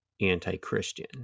anti-Christian